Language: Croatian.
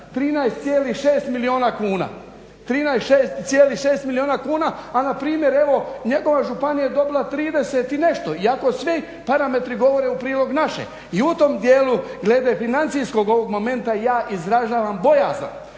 13,6 milijuna kuna, a na primjer evo njegova županija je dobila 30 i nešto iako svi parametri govore u prilog naše. I u tom dijelu glede financijskog ovog momenta ja izražavam bojazan,